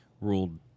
ruled